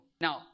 Now